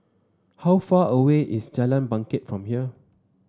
how far away is Jalan Bangket from here